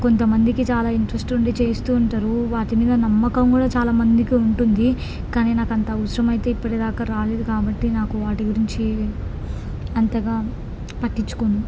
కొంతమందికి చాలా ఇంట్రెస్ట్ ఉండి చేస్తూ ఉంటారు వాటి మీద నమ్మకం కూడా చాలా మందికి ఉంటుంది కానీ నాకంత అవసరమైతే ఇప్పటి దాకా రాలేదు కాబట్టి నాకు వాటి గురించి అంతగా పట్టించుకోను